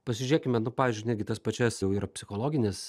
pasižiūrėkime nu pavyzdžiui negi tas pačias jau yra psichologinės